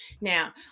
Now